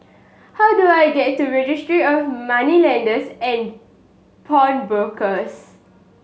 how do I get to Registry of Moneylenders and Pawnbrokers